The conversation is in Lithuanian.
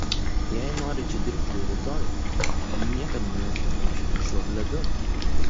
jei nori čia dirbti ir rytoj niekad manęs nekamšyk šiuo pledu